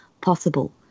possible